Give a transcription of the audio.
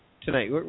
tonight